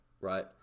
Right